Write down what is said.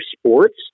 sports